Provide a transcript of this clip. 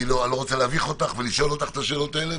אני לא רוצה להביך אותך ולשאול אותך את השאלות האלה,